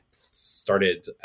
started